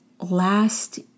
last